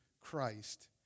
Christ